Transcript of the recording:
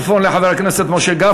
בסדר-היום.